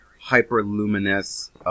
hyper-luminous